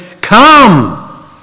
come